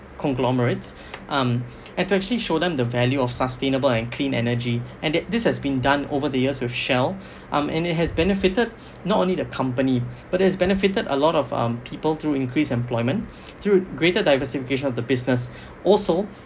conglomerates um to actually show them the value of sustainable and clean energy and this has been done over the years with shell um and it has benefited not only the company but it has benefited a lot of um people through increased employment through greater diversification of the business also